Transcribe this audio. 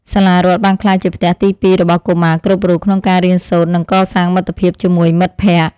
សាលារដ្ឋបានក្លាយជាផ្ទះទីពីររបស់កុមារគ្រប់រូបក្នុងការរៀនសូត្រនិងកសាងមិត្តភាពជាមួយមិត្តភក្តិ។